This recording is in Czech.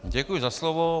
Děkuji za slovo.